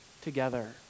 together